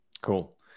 Cool